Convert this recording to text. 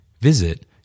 Visit